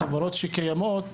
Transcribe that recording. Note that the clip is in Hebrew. החברות שקיימות,